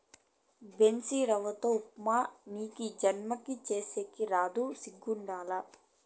బన్సీరవ్వతో ఉప్మా నీకీ జన్మకి సేసేకి రాదు సిగ్గుండాల